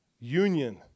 union